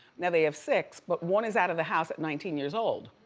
now they have six, but one is out of the house at nineteen years old.